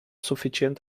suficient